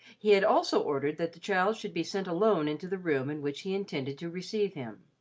he had also ordered that the child should be sent alone into the room in which he intended to receive him.